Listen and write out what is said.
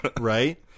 Right